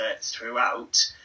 throughout